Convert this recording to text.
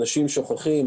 אנשים שוכחים,